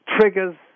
triggers